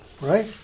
right